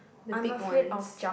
the big ones